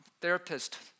Therapist